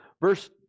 verse